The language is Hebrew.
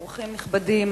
אורחים נכבדים,